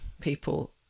people